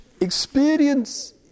experience